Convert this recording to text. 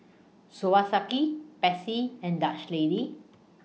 Swarovski Pepsi and Dutch Lady